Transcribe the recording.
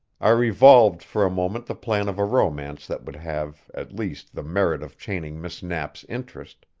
i revolved for moment the plan of a romance that would have, at least, the merit of chaining miss knapp's interest.